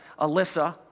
Alyssa